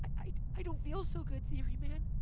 i i don't feel so good, theory man!